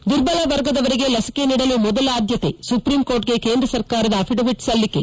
ದುರ್ಬಲ ವರ್ಗದವರಿಗೆ ಲಸಿಕೆ ನೀಡಲು ಮೊದಲ ಆದ್ಲತೆ ಸುಪ್ರಿಂಕೋರ್ಟ್ಗೆ ಕೇಂದ್ರ ಸರ್ಕಾರದ ಅಫಿಡವಿಟ್ ಸಲ್ಲಿಕೆ